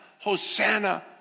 Hosanna